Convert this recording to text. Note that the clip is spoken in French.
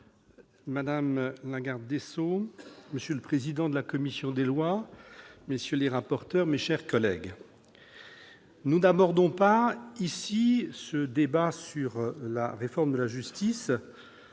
madame la garde des sceaux, monsieur le président de la commission des lois, messieurs les rapporteurs, mes chers collègues, nous abordons ce débat sur la réforme de la justice